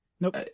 Nope